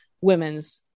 women's